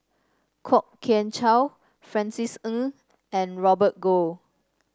Kwok Kian Chow Francis Ng and Robert Goh